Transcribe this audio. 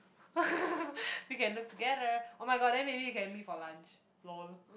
we can look together oh-my-god then maybe we can meet for lunch lol